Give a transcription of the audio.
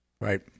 Right